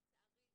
לצערי,